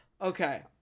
Okay